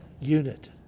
unit